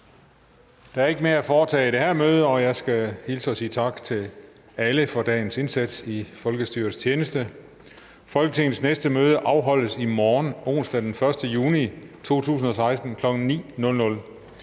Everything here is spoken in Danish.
Der er ikke mere at foretage i det her møde, og jeg skal hilse og sige tak til alle for dagens indsats i folkestyrets tjeneste. Folketingets næste møde afholdes i morgen, onsdag den 1. juni 2016, kl. 9.00.